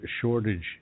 shortage